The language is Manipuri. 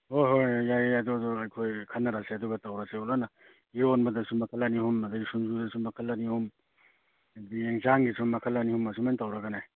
ꯍꯣꯏ ꯍꯣꯏ ꯌꯥꯏꯌꯦ ꯑꯗꯨ ꯑꯗꯨ ꯑꯩꯈꯣꯏ ꯈꯟꯅꯔꯁꯦ ꯑꯗꯨꯒ ꯇꯧꯔꯁꯦ ꯐꯖꯅ ꯏꯔꯣꯟꯕꯗꯁꯨ ꯃꯈꯜ ꯑꯅꯤ ꯑꯍꯨꯝ ꯑꯗꯩ ꯁꯤꯡꯖꯨꯗꯁꯨ ꯃꯈꯜ ꯑꯅꯤ ꯑꯍꯨꯝ ꯑꯗꯩ ꯌꯦꯡꯖꯥꯡꯒꯤꯁꯨ ꯃꯈꯜ ꯑꯅꯤ ꯑꯍꯨꯝ ꯑꯁꯨꯃꯥꯏ ꯇꯧꯔꯒꯅꯦ